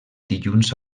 dilluns